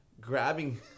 grabbing